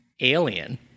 Alien